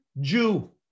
Jew